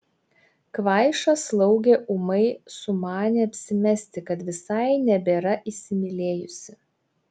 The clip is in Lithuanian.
kvaiša slaugė ūmai sumanė apsimesti kad visai nebėra įsimylėjusi